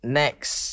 next